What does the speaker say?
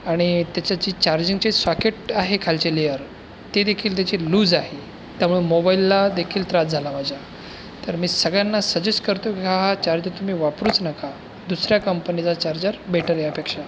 आणि त्याची जी चार्जिंगची शॉकेट आहे खालची लेअर तीदेखील त्याची लूज आहे त्यामुळे मोबाईललादेखील त्रास झाला माझ्या तर मी सगळ्यांना सजेस्ट करतो की हा चार्जर तुम्ही वापरूच नका दुसऱ्या कंपनीचा चार्जर बेटर यापेक्षा